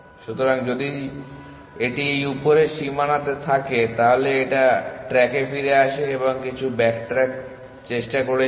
সুতরাং যদি এটি এই উপরের সীমানাতে থাকে তাহলে এটা ট্র্যাকে ফিরে আসে এবং কিছু ব্যাকট্রাক চেষ্টা করে যাও